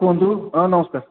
କୁହନ୍ତୁ ହଁ ନମସ୍କାର